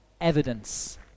evidence